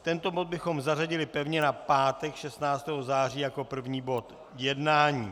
Tento bod bychom zařadili pevně na pátek 16. září jako první bod jednání.